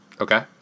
Okay